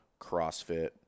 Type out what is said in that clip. CrossFit